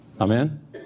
Amen